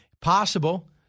possible